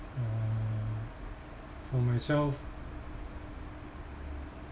uh for myself